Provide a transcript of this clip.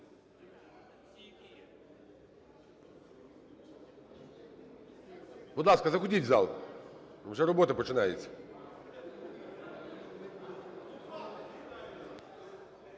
Будь ласка, заходіть в зал, вже робота починається.